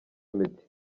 meddy